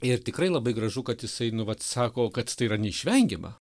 ir tikrai labai gražu kad jisai nu vat sako kad tai yra neišvengiama